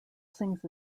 sings